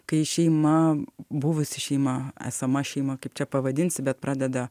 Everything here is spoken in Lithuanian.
kai šeima buvusi šeima esama šeima kaip čia pavadinsi bet pradeda